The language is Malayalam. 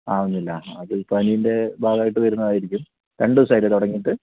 ആവുന്നില്ല അത് പനീൻ്റെ ഭാഗമായിട്ട് വരുന്നതായിരിക്കും രണ്ടു ദിവസമായില്ലേ തുടങ്ങിയിട്ട്